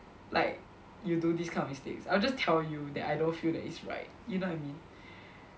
like you do this kind of mistakes I'll just tell you that I don't feel that is right you know what I mean